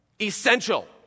essential